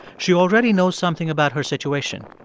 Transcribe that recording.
she already knows something about her situation.